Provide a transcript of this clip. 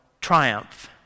triumph